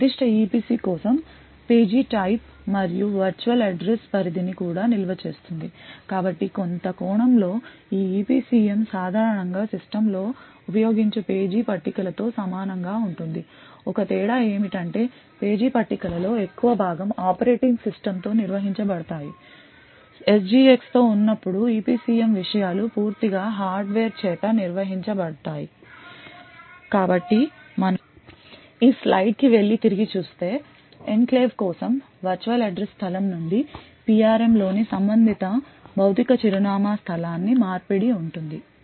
ఇది నిర్దిష్ట EPC కోసం పేజీ type మరియు వర్చువల్ అడ్రస్ పరిధిని కూడా నిల్వ చేస్తుంది కాబట్టి కొంత కోణం లో ఈ EPCM సాధారణం గా సిస్టమ్స్లో ఉపోయోగించు పేజీ పట్టికలతో సమానం గా ఉంటుంది ఒకే తేడా ఏమిటంటే పేజీ పట్టికలలో ఎక్కువ భాగం ఆపరేటింగ్ సిస్టమ్ తో నిర్వహించబడతాయి SGX తో ఉన్నప్పుడు EPCM విషయాలు పూర్తిగా హార్డ్వేర్ చేత నిర్వహించబడతాయి కాబట్టి మనం ఈ స్లైడ్కి వెళ్లి తిరిగి చూస్తే ఎన్క్లేవ్ కోసం వర్చువల్ అడ్రస్ స్థలం నుండి PRM లోని సంబంధిత భౌతిక చిరునామా స్థలానికి మార్పిడి ఉంటుంది